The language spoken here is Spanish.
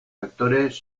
actores